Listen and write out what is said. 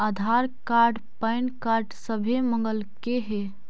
आधार card PAN card सभे मगलके हे?